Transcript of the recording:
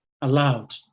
allowed